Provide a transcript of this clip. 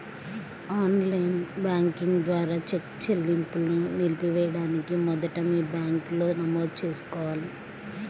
on line banking ద్వారా cheque చెల్లింపును నిలిపివేయడానికి మొదట మీ బ్యాంకులో నమోదు చేసుకోవాలి